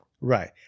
Right